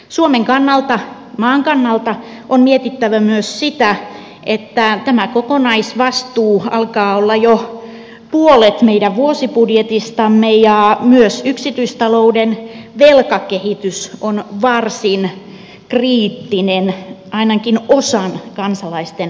suomen kannalta maan kannalta on mietittävä myös sitä että tämä kokonaisvastuu alkaa olla jo puolet meidän vuosibudjetistamme ja myös yksityistalouden velkakehitys on varsin kriittinen ainakin osan kansalaisten osalta